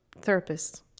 therapists